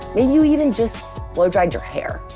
maybe you even just blow dried your hair.